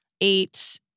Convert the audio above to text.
eight